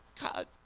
God